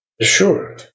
Sure